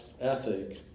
ethic